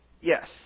Yes